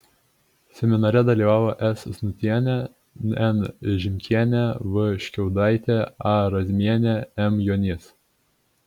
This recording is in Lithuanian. seminare dalyvavo s znutienė n žimkienė v škiudaitė a razmienė m juonys